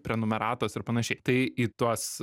prenumeratos ir panašiai tai į tuos